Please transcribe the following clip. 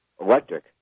electric